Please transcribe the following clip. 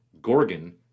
Gorgon